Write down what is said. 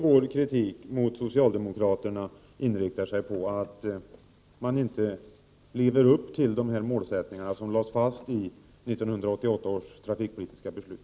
Vår kritik mot socialdemokraterna riktar sig mot att man inte lever upp till de mål som lades fast i 1988 års trafikpolitiska beslut.